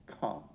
come